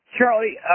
Charlie